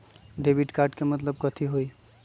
Debit card के मतलब कथी होई?